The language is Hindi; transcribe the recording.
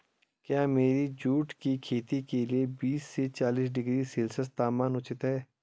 क्या मेरी जूट की खेती के लिए बीस से चालीस डिग्री सेल्सियस तापमान उचित है?